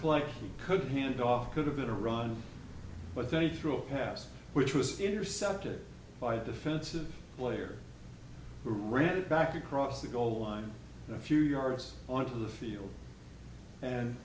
collect could handoff could have been a run but then he threw a pass which was intercepted by the defensive player who ran back across the goal line a few yards onto the field and